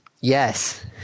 Yes